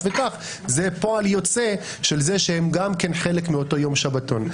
וכך זה פועל יוצא של זה שהם גם כן חלק מאותו יום שבתון.